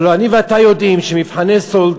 הלוא אני ואתה יודעים שמבחני סאלד,